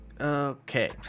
Okay